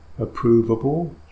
approvable